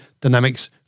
Dynamics